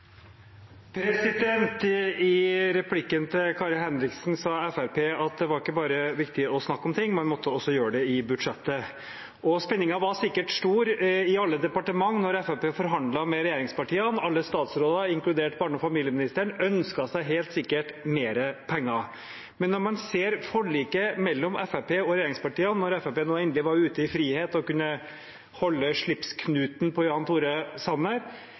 ikke bare var viktig å snakke om ting, man måtte også gjøre det i budsjettet. Spenningen var sikkert stor i alle departement da Fremskrittspartiet forhandlet med regjeringspartiene. Alle statsråder, inkludert barne- og familieministeren, ønsket seg helt sikkert mer penger. Men når man ser forliket mellom Fremskrittspartiet og regjeringspartiene – når Fremskrittspartiet nå endelig var ute i frihet og kunne holde i slipsknuten til Jan Tore Sanner